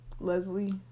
Leslie